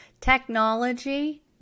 Technology